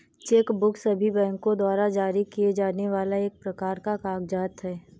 check book सभी बैंको द्वारा जारी किए जाने वाला एक प्रकार का कागज़ात है